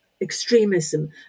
extremism